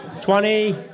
Twenty